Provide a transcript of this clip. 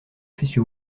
puisque